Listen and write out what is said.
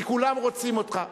כי כולם רוצים זאת.